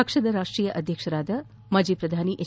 ಪಕ್ಷದ ರಾಷ್ಟೀಯ ಅಧ್ಯಕ್ಷ ಮಾಜಿ ಪ್ರಧಾನಿ ಹೆಚ್